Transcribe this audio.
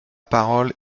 parole